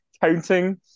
counting